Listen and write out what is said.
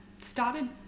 started